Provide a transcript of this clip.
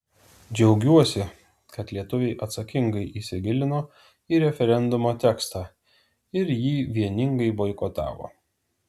džiaugiuosi kad lietuviai atsakingai įsigilino į referendumo tekstą ir jį vieningai boikotavo